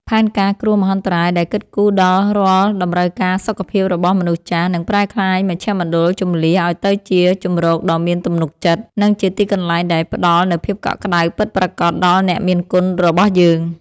ផែនការគ្រោះមហន្តរាយដែលគិតគូរដល់រាល់តម្រូវការសុខភាពរបស់មនុស្សចាស់ នឹងប្រែក្លាយមជ្ឈមណ្ឌលជម្លៀសឱ្យទៅជាជម្រកដ៏មានទំនុកចិត្ត និងជាទីកន្លែងដែលផ្តល់នូវភាពកក់ក្តៅពិតប្រាកដដល់អ្នកមានគុណរបស់យើង។